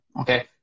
Okay